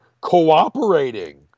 cooperating